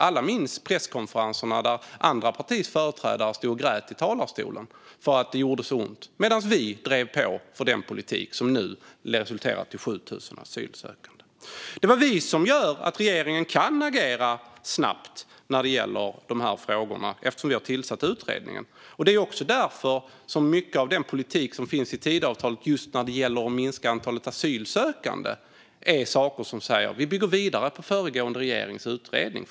Alla minns presskonferenserna där andra partiers företrädare stod och grät för att det gjorde så ont, medan vi drev på för den politik som nu resulterat i 7 000 asylsökande. Det var vi som gjorde så att regeringen kan agera snabbt när det gäller dessa frågor eftersom vi tillsatte utredningen. Det är också därför mycket av den politik som finns i Tidöavtalet just när det gäller att minska antalet asylsökande är sådant som bygger vidare på den föregående regeringens utredning.